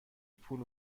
پول